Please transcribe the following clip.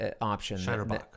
option